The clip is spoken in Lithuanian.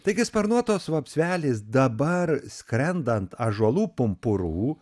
taigi sparnuotos vapsvelės dabar skrenda ant ąžuolų pumpurų